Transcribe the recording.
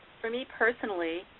for me personally,